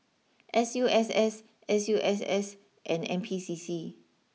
S U S S S U S S and N P C C